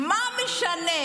מה זה משנה?